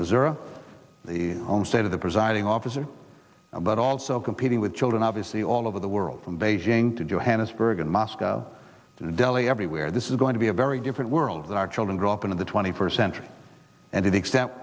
bserve the onset of the presiding officer but also competing with children obviously all over the world from beijing to johannesburg and moscow to delhi everywhere this is going to be a very different world that our children grow up in the twenty first century and extent